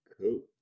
Cool